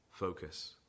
focus